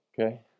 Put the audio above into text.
okay